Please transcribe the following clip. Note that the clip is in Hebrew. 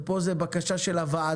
ופה זו בקשה של הוועדה,